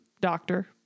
doctor